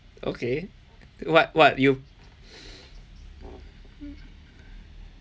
okay what what you